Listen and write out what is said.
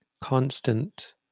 constant